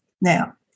Now